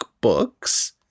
books